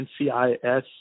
NCIS